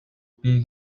бий